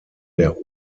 der